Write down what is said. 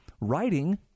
writing